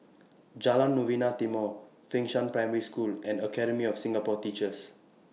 Jalan Novena Timor Fengshan Primary School and Academy of Singapore Teachers